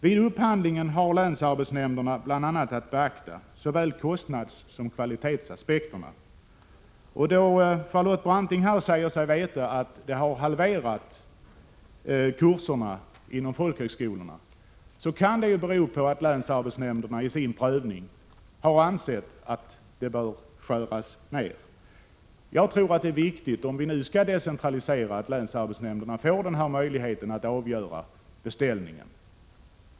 Vid upphandlingen har länsarbetsnämnderna bl.a. att beakta såväl kostnadssom kvalitetsaspekterna. Charlotte Branting säger sig veta att kurserna inom folkhögskolorna har halverats. Det kan ju bero på att länsarbetsnämnderna vid sin prövning har ansett att de bör skäras ned. Jag tror att det är viktigt, om vi nu skall decentralisera, att länsarbetsnämnderna får denna möjlighet att avgöra beställningen.